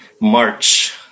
March